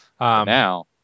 Now